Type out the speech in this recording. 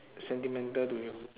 sentimental to you